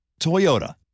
Toyota